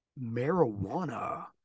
marijuana